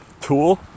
tool